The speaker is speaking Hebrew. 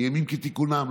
בימים כתיקונם,